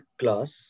class